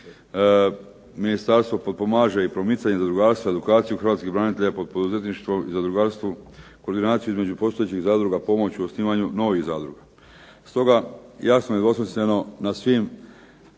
Ministarstvo potpomaže i promicanje zadrugarstva, edukaciju hrvatskih branitelja, poduzetništvo i zadrugarstvo, koordinaciju između postojećih zadruga, pomoć u osnivanju novih zadruga. Stoga jasno i nedvosmisleno na svim